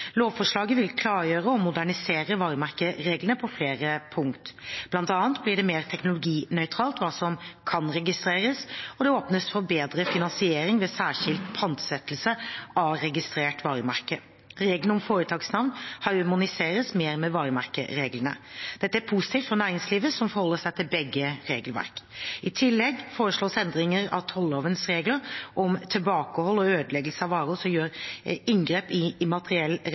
Lovforslaget vil klargjøre og modernisere varemerkereglene på flere punkter. Blant annet blir det mer teknologinøytralt hva som kan registreres, og det åpnes for bedre finansiering ved særskilt pantsettelse av registrerte varemerker. Reglene om foretaksnavn harmoniseres mer med varemerkereglene. Dette er positivt for næringslivet som forholder seg til begge regelverk. I tillegg foreslås endring av tollovens regler om tilbakehold og ødeleggelse av varer som gjør inngrep i